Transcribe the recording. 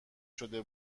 شده